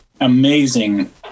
amazing